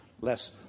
less